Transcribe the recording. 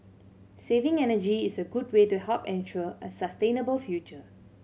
saving energy is a good way to help ensure a sustainable future